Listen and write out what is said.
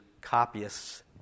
copyists